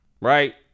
Right